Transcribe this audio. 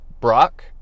Brock